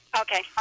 Okay